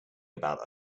about